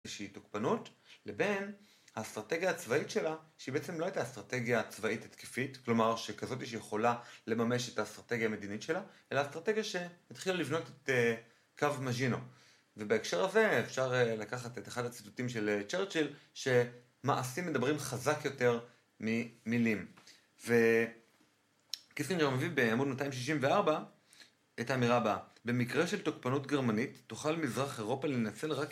שהיא תוקפנות לבין האסטרטגיה הצבאית שלה שהיא בעצם לא הייתה אסטרטגיה צבאית התקפית כלומר שכזאת היא שיכולה לממש את האסטרטגיה המדינית שלה אלא אסטרטגיה שהתחילה לבנות את קו מז'ינו. ובהקשר הזה אפשר לקחת את אחד הציטוטים של אה.. צ'רצ'יל שמעשים מדברים חזק יותר ממילים. ו.. קיסינג׳ר מביא בעמוד 264 את האמירה הבאה: במקרה של תוקפנות גרמנית תוכל מזרח אירופה לנצל רק